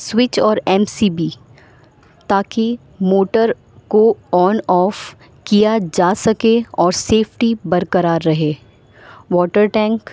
switch اور M C B تاکہ motor کو آن آف کیا جا سکے اور سیفٹی برقرار رہے واٹر ٹینک